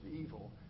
evil